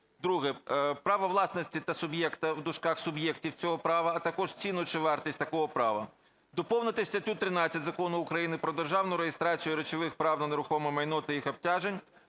"2) право власності та суб’єкта (суб’єктів) цього права, а також ціну чи вартість такого права;". Доповнити статтю 13 Закону України "Про державну реєстрацію речових прав на нерухоме майно та їх обтяжень"